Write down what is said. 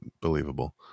believable